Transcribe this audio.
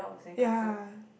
ya